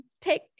take